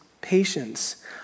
patience